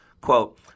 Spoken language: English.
quote